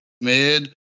Mid